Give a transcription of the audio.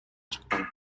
чыккан